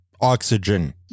oxygen